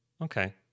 Okay